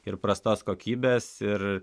ir prastos kokybės ir